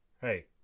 Hey